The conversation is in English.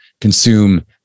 consume